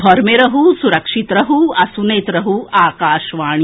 घर मे रहू सुरक्षित रहू आ सुनैत रहू आकाशवाणी